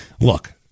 look